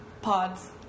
Pods